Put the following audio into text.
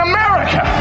America